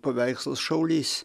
paveikslas šaulys